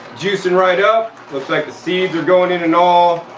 juicing right up. looks like the seeds are going in and all.